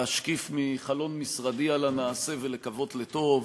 להשקיף מחלון משרדי על הנעשה ולקוות לטוב,